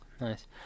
Nice